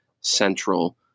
Central